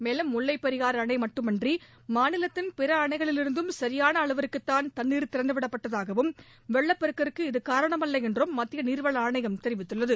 மேலும் முல்லைப் பெரியாறு அணை மட்டுமின்றி மாநிலத்தின் பிற அணைகளிலிருந்தும் சரியான அளவுக்குதான் தண்ணீர் திறந்துவிடப்பட்டதாகவும் வெள்ளப்பெருக்கிற்கு இது காரணமல்ல என்றும் மத்திய நீர்வள ஆணையம் தெரிவித்துள்ளது